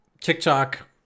TikTok